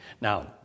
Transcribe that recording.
Now